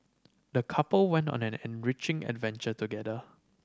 the couple went on an enriching adventure together